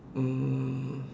um